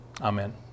amen